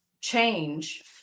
change